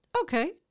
Okay